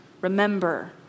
Remember